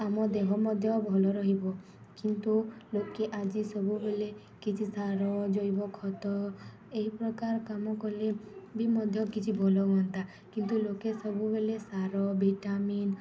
ଆମ ଦେହ ମଧ୍ୟ ଭଲ ରହିବ କିନ୍ତୁ ଲୋକେ ଆଜି ସବୁବେଲେ କିଛି ସାର ଜୈବ ଖତ ଏହି ପ୍ରକାର କାମ କଲେ ବି ମଧ୍ୟ କିଛି ଭଲ ହୁଅନ୍ତା କିନ୍ତୁ ଲୋକେ ସବୁବେଲେ ସାର ଭିଟାମିନ୍